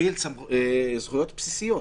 בקבוצה של אנשים, לא תפילת יחיד כמובן,